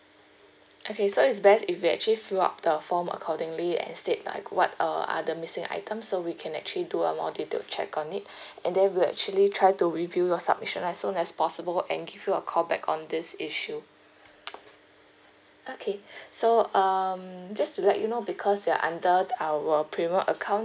okay so it's best if you actually fill up the form accordingly and state like what err are the missing items so we can actually do a more detailed check on it and then we'll actually try to review your submission as soon as possible and give you a call back on this issue okay so um just to let you know because you're under our premium account